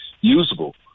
usable